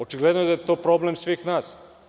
Očigledno je da je to problem svih nas.